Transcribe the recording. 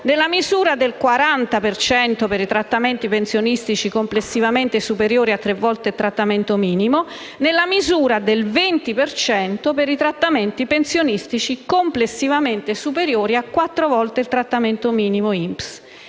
nella misura del 40 per cento per i trattamenti pensionistici complessivamente superiori a tre volte il trattamento minimo, nella misura del 20 per cento per i trattamenti pensionistici complessivamente superiori a quattro volte il trattamento minimo INPS,